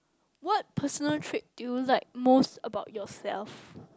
what personal trait do you like most about yourself